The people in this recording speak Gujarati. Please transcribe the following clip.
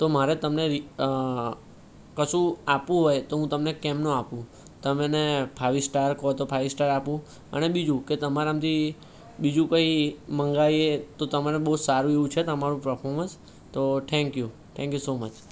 તો મારે તમને કશું આપવું હોય તો હું તમને કેમ ન આપું તમને ફાઈવ સ્ટાર કહો તો ફાઈવ સ્ટાર આપું અને બીજું કે તમારામાંથી બીજું કઈ મંગાવીએ તો તમને બઉ સારું એવું છે તમારું પ્ર્ફોરર્મન્સ તો થેન્ક્યુ થેન્ક્યુ સો મચ